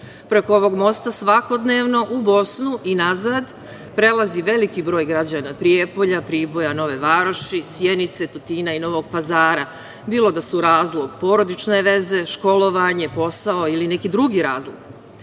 Preko ovog mosta svakodnevno u Bosnu i nazad prelazi veliki broj građana Prijepolja, Priboja, Nove Varoši, Sjenice, Tutina i Novog Pazara, bilo da su razlog porodične veze, školovanje, posao ili neki drugi razlog.